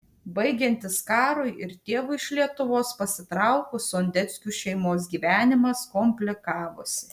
baigiantis karui ir tėvui iš lietuvos pasitraukus sondeckių šeimos gyvenimas komplikavosi